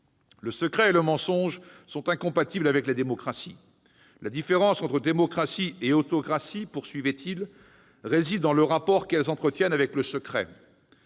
Le secret et le mensonge sont incompatibles avec la démocratie. La différence entre démocratie et autocratie réside dans le rapport qu'elles entretiennent avec le secret.